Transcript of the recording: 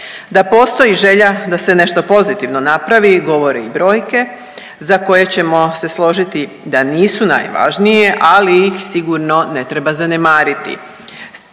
Da postoji želja da se nešto pozitivno napravi govore i brojke za koje ćemo se složiti da nisu najvažnije, ali ih sigurno ne treba zanemariti.